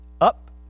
up